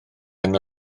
yna